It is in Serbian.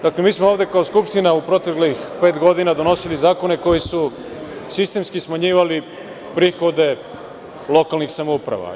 Dakle, mi smo ovde kao Skupština, u proteklih pet godina donosili zakone koji su sistemski smanjivali prihode lokalnih samouprava.